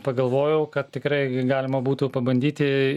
pagalvojau kad tikrai gi galima būtų pabandyti